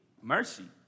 mercy